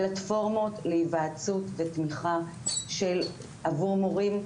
פלטפורמות להיוועצות ותמיכה עבור מורים,